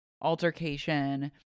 altercation